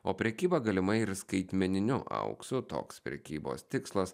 o prekyba galima ir skaitmeniniu auksu toks prekybos tikslas